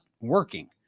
working